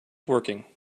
working